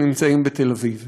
שנמצאים בתל אביב.